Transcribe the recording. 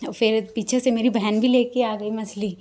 और फिर पीछे से मेरी बहन भी ले के आ गई मछली